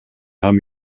haben